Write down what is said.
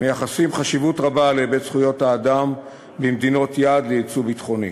מייחסים חשיבות רבה להיבט זכויות האדם במדינות היעד לייצוא ביטחוני.